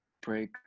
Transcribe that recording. break